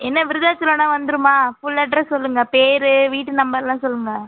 என்ன விருதாச்சலம்னா வந்துருமா ஃபுல் அட்ரெஸ் சொல்லுங்கள் பேர் வீட்டு நம்பர்லாம் சொல்லுங்கள்